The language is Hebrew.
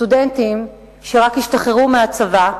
סטודנטים שרק השתחררו מהצבא,